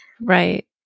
Right